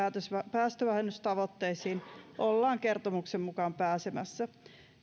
päästövähennystavoitteisiin ollaan kertomuksen mukaan pääsemässä